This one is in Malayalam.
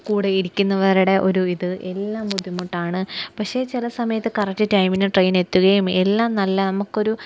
കൂടെ ഇരിക്കുന്നവരുടെ ഒരു ഇത് എല്ലാം ബുദ്ധിമുട്ടാണ് പക്ഷേ ചില സമയത്ത് കറക്റ്റ് ടൈമിന് ട്രെയിൻ എത്തുകയും എല്ലാം നല്ല നമുക്കൊരു